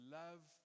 love